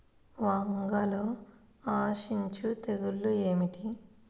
వంగలో ఆశించు తెగులు ఏమిటి?